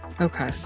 Okay